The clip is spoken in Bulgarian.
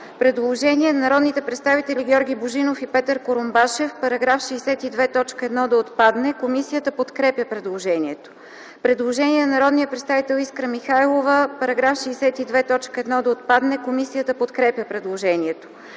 Предложение от народните представители Георги Божинов и Петър Курумбашев – в § 62 т. 1 да отпадне. Комисията подкрепя предложението. Предложение от народния представител Искра Михайлова – в § 62 т. 1 да отпадне. Комисията подкрепя предложението.